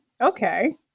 Okay